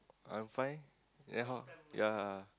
I find then how yea